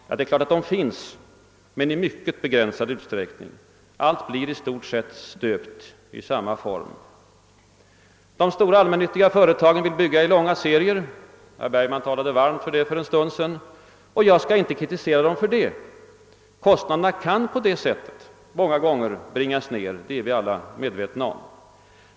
Ja, den finns naturligtvis, men i mycket begränsad utsträckning. Allt blir i stort sett stöpt i samma form. De stora allmännyttiga företagen vill bygga i långa serier — herr Bergman talade varmt för detta för en stund sedan — och jag kan inte kritisera dem för det. Kostnaderna kan på det sättet många gånger bringas ned, det är vi alla medvetna om.